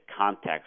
context